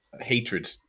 hatred